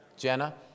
Jenna